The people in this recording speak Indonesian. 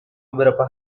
beberapa